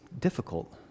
difficult